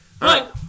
right